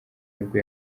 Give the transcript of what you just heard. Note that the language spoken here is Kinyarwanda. nibwo